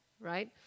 right